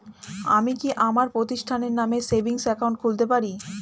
আমি কি আমার প্রতিষ্ঠানের নামে সেভিংস একাউন্ট খুলতে পারি?